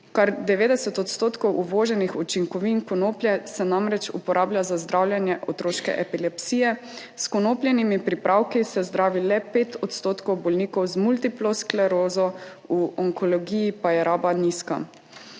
Kar 90 odstotkov uvoženih učinkovin konoplje se namreč uporablja za zdravljenje otroške epilepsije. S konopljinimi pripravki se zdravi le 5 odstotkov bolnikov z multiplo sklerozo, v onkologiji pa je raba nizka.